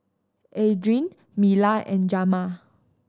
Adriene Mila and Jamar